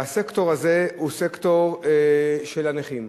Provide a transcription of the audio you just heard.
והסקטור הזה הוא סקטור של הנכים.